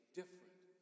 different